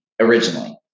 originally